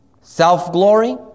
Self-glory